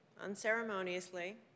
unceremoniously